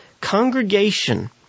congregation